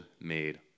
made